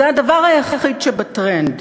זה הדבר היחיד שבטרנד.